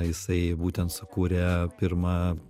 jisai būtent sukūrė pirmą